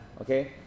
okay